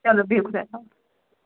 چلو بِہِو خۄدایَس حوالہٕ